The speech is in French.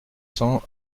cents